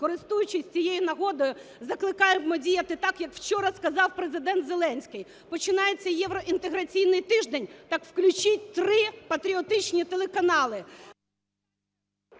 користуючись цією нагодою, закликаємо діяти так, як вчора сказав Президент Зеленський. Починається євроінтеграційний тиждень, так включіть три патріотичні телеканали…